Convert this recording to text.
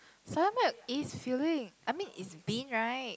soya milk is filling I mean it's bean right